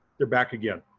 they're back again.